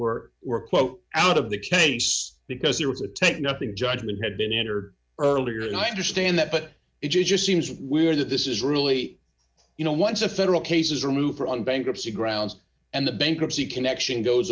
word were quote out of the case because there was a take nothing judgment had been entered earlier and i understand that but it just seems weird that this is really you know once a federal cases are moved on bankruptcy grounds and the bankruptcy connection goes